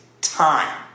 time